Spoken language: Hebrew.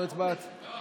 לא הצבעת?